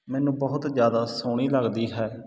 ਮੈਨੂੰ ਬਹੁਤ ਜਿਆਦਾ ਸੋਹਣੀ ਲੱਗਦੀ ਹੈ